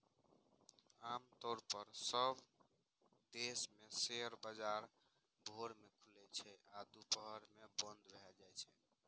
आम तौर पर सब देश मे शेयर बाजार भोर मे खुलै छै आ दुपहर मे बंद भए जाइ छै